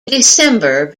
december